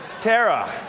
Tara